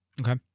Okay